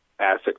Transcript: asset